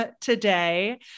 today